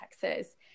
texas